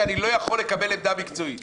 "התאריך הקבוע בחוק לכנסת העשרים וחמש".